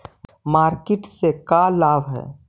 Market से का लाभ है?